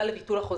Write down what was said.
לבטל את החוזה.